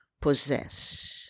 possess